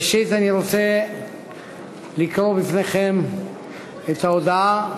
ראשית, אני רוצה לקרוא בפניכם את ההודעה